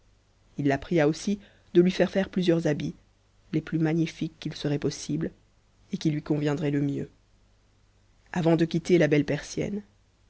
il la pria aussi de lui faire faire plusieurs habits les plus magnifiques qu'il serait possible et qui lui conviendraient le mieux avant de quitter la belle persienne